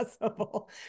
possible